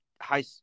high